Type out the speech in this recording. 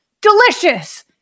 delicious